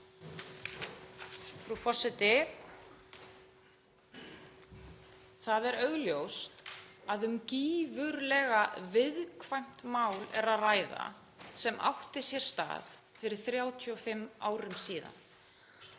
Frú forseti. Það er augljóst að um gífurlega viðkvæmt mál er að ræða sem átti sér stað fyrir 35 árum síðan.